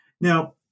Now